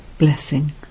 Blessing